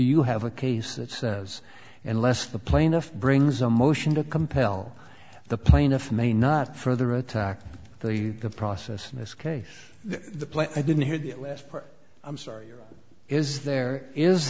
you have a case that says unless the plaintiff brings a motion to compel the plaintiff may not further attack the process in this case the play i didn't hear the last part i'm sorry is there is